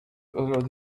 allowed